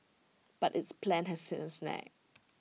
but its plan has hit A snag